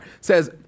says